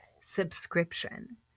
subscription